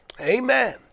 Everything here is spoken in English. Amen